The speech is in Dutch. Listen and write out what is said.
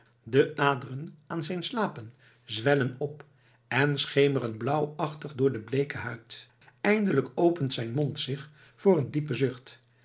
de aderen aan zijn slapen zwellen op en schemeren blauwachtig door de bleeke huid eindelijk opent zijn mond zich voor een diepen zucht